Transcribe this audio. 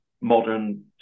modern